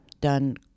done